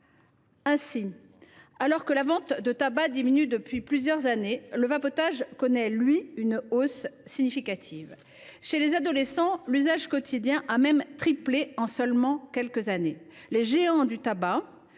Ainsi, alors que la vente de tabac diminue depuis plusieurs années, le vapotage connaît, lui, une hausse significative. Chez les adolescents, son usage quotidien a même triplé en seulement quelques années. Les géants du tabac,